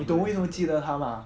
你懂为什么我会记得他吗